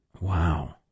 Wow